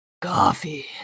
Coffee